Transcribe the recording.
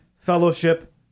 fellowship